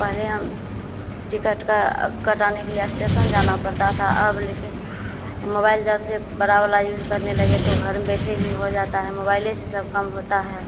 पहले हम टिकट का कटाने के लिए अस्टेसन जाना पड़ता था अब लेकिन मोबाइल जबसे बड़ा वाला यूज़ करने लगे तो घर में बैठे ही हो जाता है मोबइले से सब काम होता है